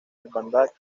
hermandad